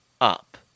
up